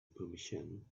permission